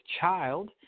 child